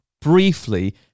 briefly